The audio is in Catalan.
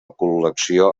col·lecció